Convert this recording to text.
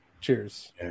Cheers